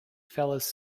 fellas